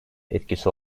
etkisi